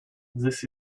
this